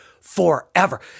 forever